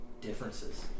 differences